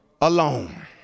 alone